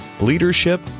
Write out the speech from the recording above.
leadership